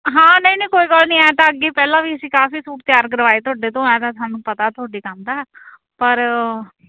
ਹਾਂ ਨਹੀਂ ਨਹੀਂ ਕੋਈ ਗੱਲ ਨਹੀਂ ਹੈ ਤਾਂ ਅੱਗੇ ਪਹਿਲਾਂ ਵੀ ਅਸੀਂ ਕਾਫੀ ਸੂਟ ਤਿਆਰ ਕਰਵਾਏ ਤੁਹਾਡੇ ਤੋਂ ਐਂ ਤਾਂ ਸਾਨੂੰ ਪਤਾ ਤੁਹਾਡੇ ਕੰਮ ਦਾ ਪਰ